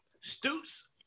Stoops